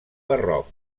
barroc